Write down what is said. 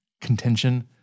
contention